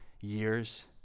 years